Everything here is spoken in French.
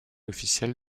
officiel